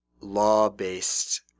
law-based